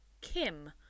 Kim